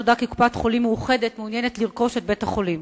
כי קופת-חולים "מאוחדת" מעוניינת לרכוש את בית-החולים.